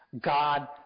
God